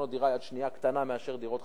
דירות יד שנייה קטנות מאשר דירות חדשות,